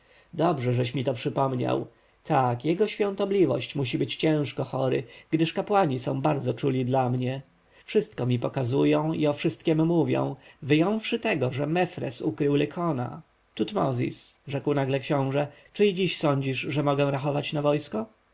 dobrze żeś mi to przypomniał tak jego świątobliwość musi być ciężko chory gdyż kapłani są bardzo czuli dla mnie wszystko mi pokazują i o wszystkiem mówią wyjąwszy tego że mefres ukrył lykona tutmozis rzekł nagle książę czy i dziś sądzisz że mogę rachować na wojsko